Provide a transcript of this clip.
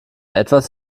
etwas